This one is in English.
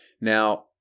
Now